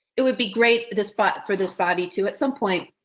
it would be great the spot for this body to, at some point.